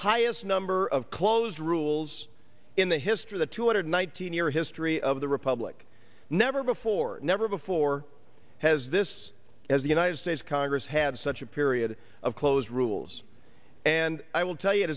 highest number of close rules in the history the two hundred nineteen year history of the republic never before never before has this as the united states congress had such a period of close rules and i will tell you it